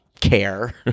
care